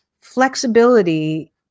flexibility